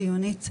חיונית,